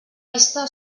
vista